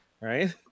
right